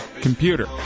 computer